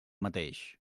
mateix